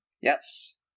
Yes